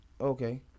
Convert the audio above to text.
Okay